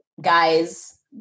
guys